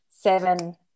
seven